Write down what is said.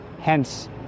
hence